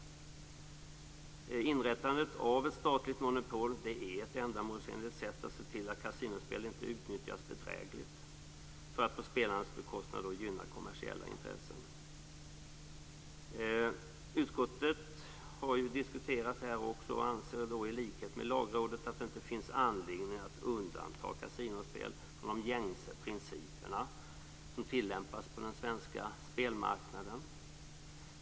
Inrättandet av ett statligt monopol är ett ändamålsenligt sätt att se till att kasinospel inte utnyttjas bedrägligt för att på spelarnas bekostnad gynna kommersiella intressen. Utskottet har ju diskuterat det här också och anser i likhet med Lagrådet att det inte finns anledning att undanta kasinospel från de gängse principerna som tillämpas på den svenska spelmarknaden.